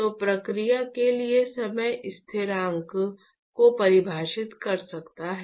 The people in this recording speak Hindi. तो प्रक्रिया के लिए समय स्थिरांक को परिभाषित कर सकता है